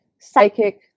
psychic